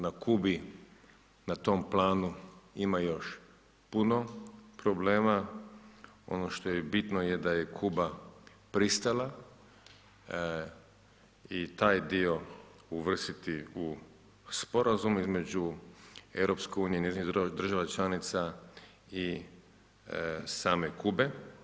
Na Kubi na tom planu ima još puno problema, ono što je bitno je da je Kuba pristala i taj dio uvrstiti u Sporazum između Europske unije i njezinih država članica i same Kube.